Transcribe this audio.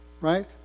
Right